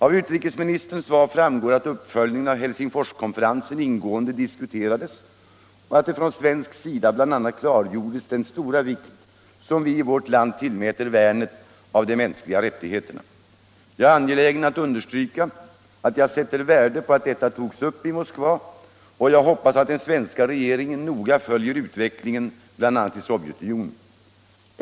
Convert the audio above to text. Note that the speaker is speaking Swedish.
Av utrikesministerns svar framgår att uppföljningen av Helsingforskonferensen ingående diskuterades och att från svensk sida bl.a. klargjordes den stora vikt som vi i vårt land tillmäter värnet om de mänskliga rättigheterna. Jag är angelägen att understryka att jag sätter värde på att detta togs upp i Moskva, och jag hoppas att den svenska regeringen noga följer utvecklingen, bl.a. i Sovjetunionen.